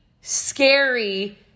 scary